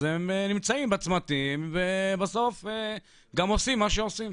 אז הם נמצאים בצמתים ובסוף גם עושים מה שעושים.